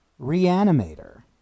Reanimator